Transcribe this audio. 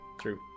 true